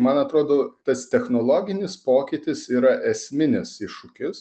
man atrodo tas technologinis pokytis yra esminis iššūkis